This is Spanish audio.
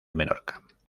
menorca